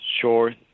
sure